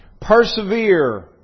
Persevere